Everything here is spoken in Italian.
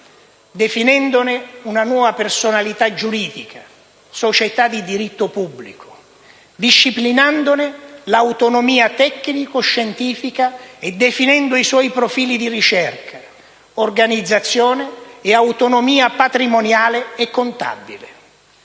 definendone una nuova personalità giuridica, ossia società di diritto pubblico, disciplinandone l'autonomia tecnico-scientifica e specificando i suoi profili di ricerca, organizzazione e autonomia patrimoniale e contabile.